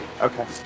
Okay